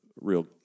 real